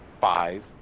five